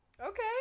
Okay